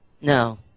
No